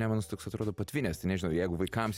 nemunas toks atrodo patvinęs tai nežinau jeigu vaikams